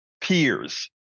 peers